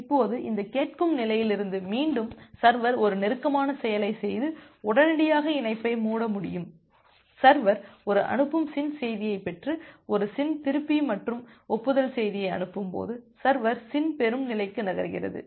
இப்போது இந்த கேட்கும் நிலையிலிருந்து மீண்டும் சர்வர் ஒரு நெருக்கமான செயலைச் செய்து உடனடியாக இணைப்பை மூட முடியும் சர்வர் ஒரு அனுப்பும் SYN செய்தியைப் பெற்று ஒரு SYN திருப்பி மற்றும் ஒப்புதல் செய்தியைஅனுப்பும்போது சர்வர் SYN பெறும் நிலைக்கு நகர்கிறது